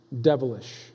devilish